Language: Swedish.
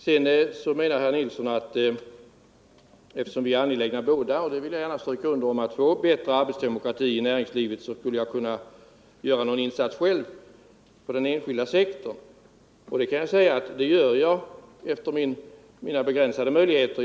Herr Nilsson menade sedan att eftersom vi båda — och jag vill gärna understryka att detta är riktigt — är angelägna om att få en bättre arbetsdemokrati i arbetslivet, skulle jag väl kunna göra någon insats själv på den enskilda sektorn. Jag kan väl svara — om jag får säga det så här kort sammanfattat — att det gör jag efter mina begränsade möjligheter.